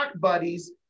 buddies